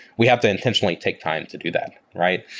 we have to intentionally take time to do that, right?